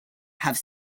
have